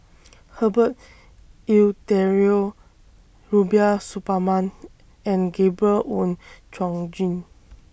Herbert Eleuterio Rubiah Suparman and Gabriel Oon Chong Jin